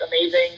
amazing